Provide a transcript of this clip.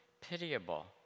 pitiable